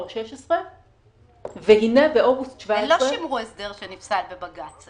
הם לא שימרו הסדר שנפסל בבג"ץ.